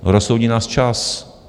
Rozsoudí nás čas.